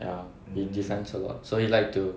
ya they defence a lot so he like to